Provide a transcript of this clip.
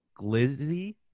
Glizzy